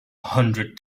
hundred